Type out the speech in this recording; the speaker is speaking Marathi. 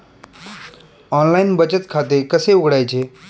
ऑनलाइन बचत खाते कसे उघडायचे?